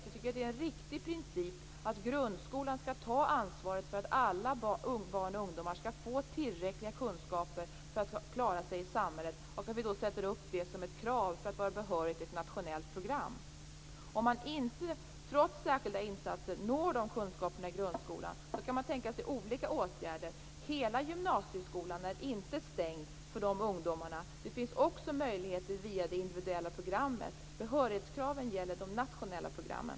Det är en riktig princip att grundskolan skall ta ansvaret för att alla barn och ungdomar skall få tillräckliga kunskaper för att de skall klara sig i samhället och att detta ställs som krav för att man skall vara behörig till ett nationellt program. Om man inte, trots särskilda insatser, når de kunskaperna i grundskolan finns det andra åtgärder. Hela gymnasieskolan är inte stängd för dessa ungdomar. Det finns också möjligheter via det individuella programmet. Behörighetskravet gäller de nationella programmen.